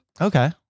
Okay